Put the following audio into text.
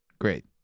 Great